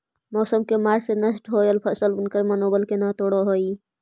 मौसम के मार से नष्ट होयल फसल उनकर मनोबल के न तोड़ हई